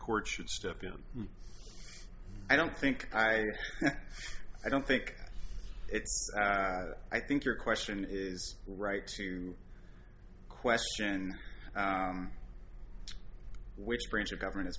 court should step in i don't think i i don't think it's i think your question is right to question which branch of government is